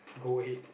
go ahead